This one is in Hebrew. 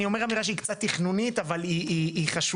אני אומר אמירה שהיא קצת תכנונית אבל היא חשובה.